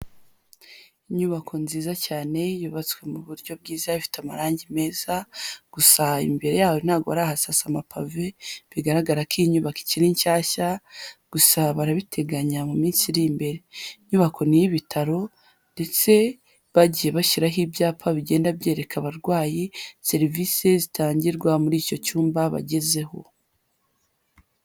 Inyubako nziza cyane yubatswe mu buryo bwiza ifite amarangi meza gusa imbere yayo ntago barahasasa amapave bigaragara ko iyi nyubako ikiri nshyashya gusa barabiteganya mu minsi iri imbere inyubako ni iy'ibitaro ndetse bagiye bashyiraho ibyapa bigenda byereka abarwayi serivisi zitangirwa muri icyo cyumba bagezeho.